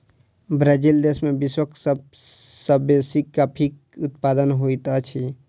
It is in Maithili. ब्राज़ील देश में विश्वक सब सॅ बेसी कॉफ़ीक उत्पादन होइत अछि